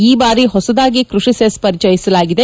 ಈ ಬಾರಿ ಹೊಸದಾಗಿ ಕೃಷಿ ಸೆಸ್ ಪರಿಚಯಿಸಲಾಗಿದೆ